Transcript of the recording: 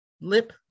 lip